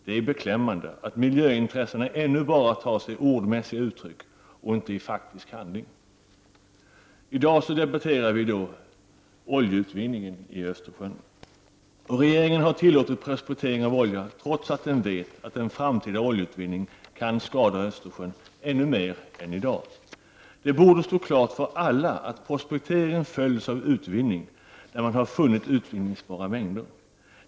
Det är beklämmande att miljöintressena ännu bara tar sig uttryck i ord och inte i faktisk handling. I dag debatterar vi oljeutvinningen i Östersjön. Regeringen har tillåtit prospektering av olja trots att den vet att en framtida oljeutvinning kan skada Östersjön ännu mer än i dag. Det borde stå klart för alla att prospektering följs av utvinning när man har funnit utvinningsbara mängder.